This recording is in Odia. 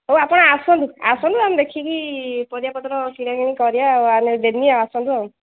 ହଉ ଆପଣ ଆସନ୍ତୁ ଆସନ୍ତୁ ଆମେ ଦେଖିକି ପରିବାପତ୍ର କିଣାକିଣି କରିବା ଆଉ ଦେବି ଆଉ ଆସନ୍ତୁ ଆଉ